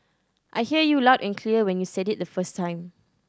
I hear you loud and clear when you said it the first time